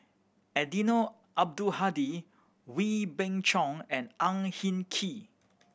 Eddino Abdul Hadi Wee Beng Chong and Ang Hin Kee